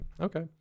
okay